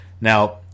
Now